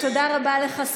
תודה רבה לך,